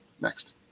Next